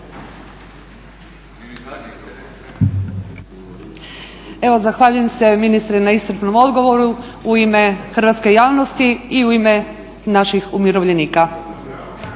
Evo zahvaljujem se ministre na iscrpnom odgovoru u ime hrvatske javnosti i u ime naših umirovljenika.